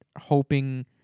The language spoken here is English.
hoping